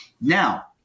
Now